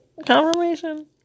Confirmation